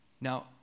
Now